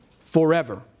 forever